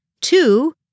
Two